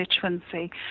constituency